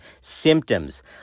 symptoms